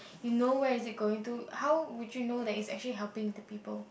you know where is it going to how would you know that it's actually helping the people